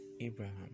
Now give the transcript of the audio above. Abraham